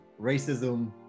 racism